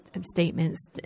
statements